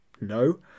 No